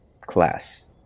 class